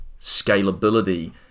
scalability